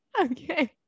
Okay